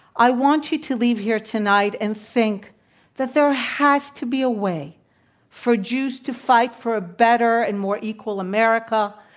i want you to leave here tonight and think that there has has to be a way for jews to fight for a better and more equal america,